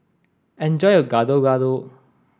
enjoy your Gado Gado